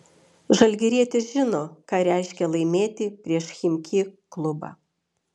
žalgirietis žino ką reiškia laimėti prieš chimki klubą